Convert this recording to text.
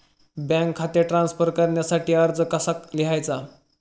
Bank खाते transfer करण्यासाठी अर्ज कसा लिहायचा?